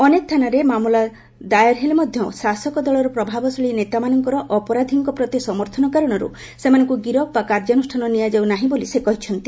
ଅନେକ ଥାନାରେ ମାମଲା ଦାଏର ହେଲେ ମଧ୍ଧ ଶାସକ ଦଳର ପ୍ରଭାବଶାଳୀ ନେତାମାନଙ୍କର ଅପରାଧୀଙ୍କ ପ୍ରତି ସମର୍ଥନ କାରଣରୁ ସେମାନଙ୍କୁ ଗିରଫ ବା କାର୍ଯ୍ୟାନୁଷ୍ଠାନ ନିଆଯାଉ ନାହିଁ ବୋଲି କହିଛନ୍ତି